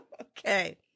Okay